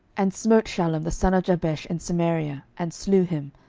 and smote shallum the son of jabesh in samaria, and slew him,